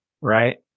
right